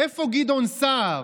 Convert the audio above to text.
איפה גדעון סער?